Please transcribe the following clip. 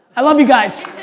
i love you guys!